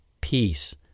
peace